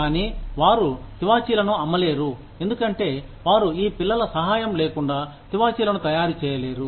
కానీ వారు తివాచీలను అమ్మలేరు ఎందుకంటే వారు ఈ పిల్లల సహాయం లేకుండా తివాచీలను తయారు చేయలేరు